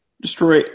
Destroy